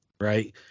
Right